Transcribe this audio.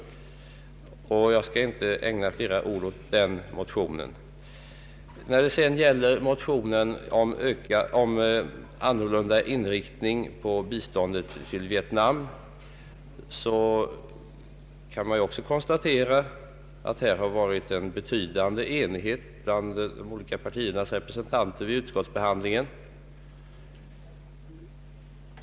Jag skall inte ägna flera ord åt den motionen. När det sedan gäller motionen om annan inriktning av biståndet till Vietnam kan man också konstatera att det har rått en betydande enighet bland de olika partiernas representanter vid utskottsbehandlingen.